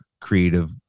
creative